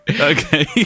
Okay